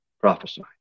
Prophesy